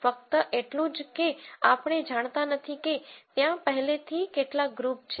ફક્ત એટલું જ કે આપણે જાણતા નથી કે ત્યાં પહલેથી કેટલા ગ્રુપ છે